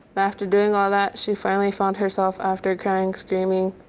after doing all that, she finally found herself after crying, screaming.